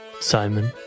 simon